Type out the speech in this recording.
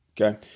okay